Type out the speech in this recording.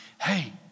hey